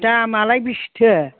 दामालाय बेसेथो